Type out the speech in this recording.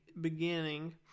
beginning